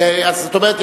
זאת אומרת,